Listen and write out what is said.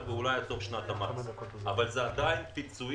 ואולי עד סוף שנת המס אבל זה עדיין פיצוי